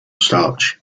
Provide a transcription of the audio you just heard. starch